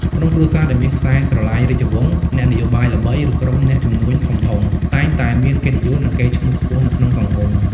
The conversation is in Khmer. ក្រុមគ្រួសារដែលមានខ្សែស្រឡាយរាជវង្ស អ្នកនយោបាយល្បី ឬក្រុមអ្នកជំនួញធំៗតែងតែមានកិត្តិយសនិងកេរ្តិ៍ឈ្មោះខ្ពស់នៅក្នុងសង្គម។